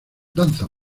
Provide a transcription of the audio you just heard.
danzas